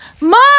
mom